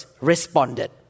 responded